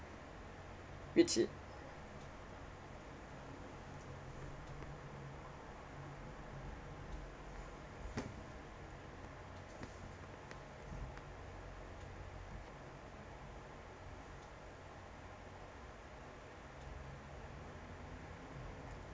which is